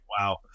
Wow